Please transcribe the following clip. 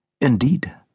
Indeed